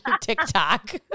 TikTok